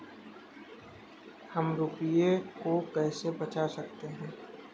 हम रुपये को कैसे बचा सकते हैं?